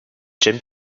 james